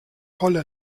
holle